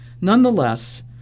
Nonetheless